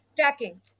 tracking